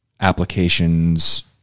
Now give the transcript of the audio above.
applications